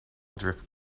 drift